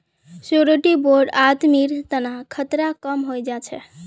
surety bond आदमीर तना खतरा कम हई जा छेक